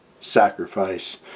sacrifice